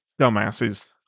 dumbasses